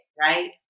right